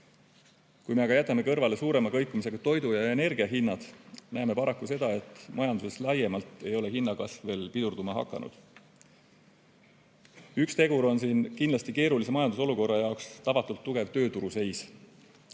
Kui me aga jätame kõrvale suurema kõikumisega toidu- ja energiahinnad, näeme paraku seda, et majanduses laiemalt ei ole hinnakasv veel pidurduma hakanud. Üks tegur on siin kindlasti keerulise majandusolukorra jaoks tavatult tugev tööturuseis.